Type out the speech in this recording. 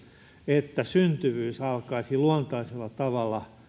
että syntyvyys alkaisi luontaisella tavalla